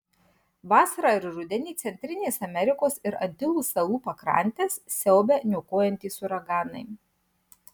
vasarą ir rudenį centrinės amerikos ir antilų salų pakrantes siaubia niokojantys uraganai